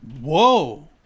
Whoa